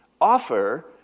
offer